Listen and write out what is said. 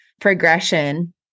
progression